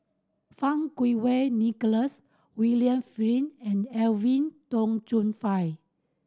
Fang Kuo Wei Nicholas William Flint and Edwin Tong Chun Fai